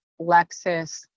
Lexus